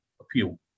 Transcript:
appeal